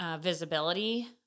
Visibility